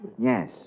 Yes